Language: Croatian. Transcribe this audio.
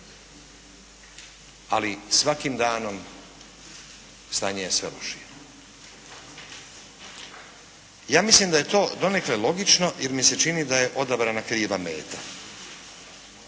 ali svakim danom stanje je sve lošije. Ja mislim da je to donekle logično jer mi se čini da je odabrana kriva meta.